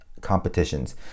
competitions